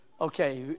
okay